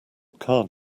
card